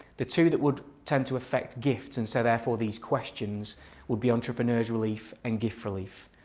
the two that would tend to affect gifts and so therefore these questions would be entrepreneurs relief and gift relief.